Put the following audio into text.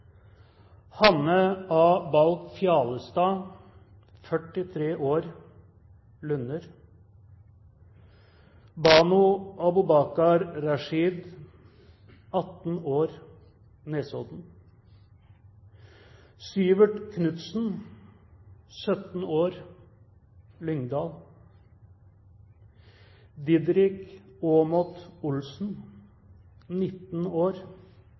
Hanne A. Balch Fjalestad, 43 år, Lunner Bano Abobakar Rashid, 18 år, Nesodden Syvert Knudsen, 17 år, Lyngdal Diderik Aamodt Olsen, 19 år,